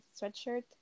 sweatshirt